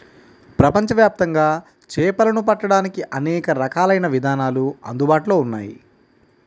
ప్రపంచవ్యాప్తంగా చేపలను పట్టడానికి అనేక రకాలైన విధానాలు అందుబాటులో ఉన్నాయి